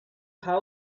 how